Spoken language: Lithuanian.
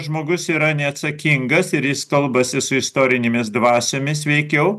žmogus yra neatsakingas ir jis kalbasi su istorinėmis dvasiomis veikiau